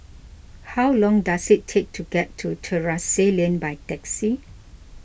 how long does it take to get to Terrasse Lane by taxi